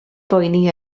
boeni